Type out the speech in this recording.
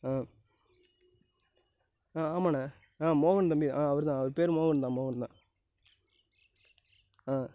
ஆ ஆ ஆமாண்ணே ஆ மோகன் தம்பிதான் ஆ அவர் தான் அவர் பேர் மோகன் தான் மோகன் தான் ஆ